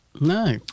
no